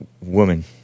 woman